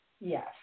Yes